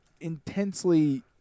intensely